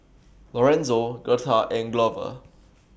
Lorenzo Gertha and Glover